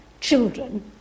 children